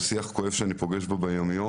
הוא שיח כואב שאני פוגש ביום-יום.